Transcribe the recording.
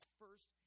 first